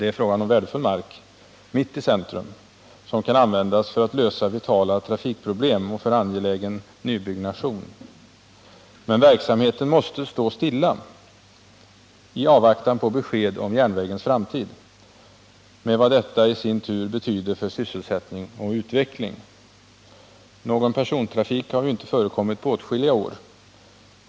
Det är fråga om värdefull mark mitt i centrum, som kan användas för att lösa vitala trafikproblem och för angelägen nybyggnation. Men sådan verksamhet måste, i avvaktan på besked om järnvägens framtid, ligga nere, med allt vad detta i sin tur betyder för sysselsättning och utveckling. Någon persontrafik har inte förekommit på åtskilliga år.